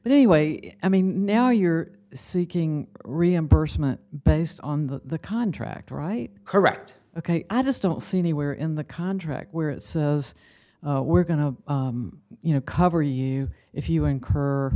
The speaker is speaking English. but anyway i mean now you're seeking reimbursement based on the contract right correct ok i just don't see anywhere in the contract where it says we're going to you know cover you if you incur